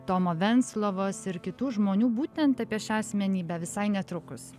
tomo venclovos ir kitų žmonių būtent apie šią asmenybę visai netrukus